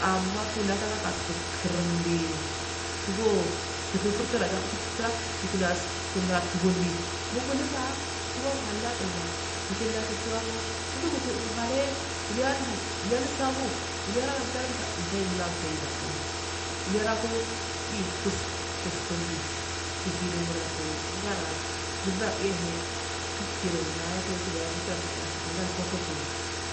Amma kulakashikirundee huggo tufurgubo tura sukinturagundi muchilika tugon halaqulina kishenduabbo gutuganhalle unilegandi wuleyalsagu walemtalumta iteeya unfaidabbo wulerokoo ikuskindi kihindidiraku ngaran hizabbayahe tukku nguguna he kukiyeheys kofoke